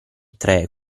tre